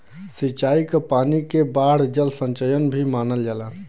सिंचाई क पानी के बाढ़ जल संचयन भी मानल जाला